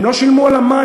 הם לא שילמו על המים.